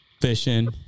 fishing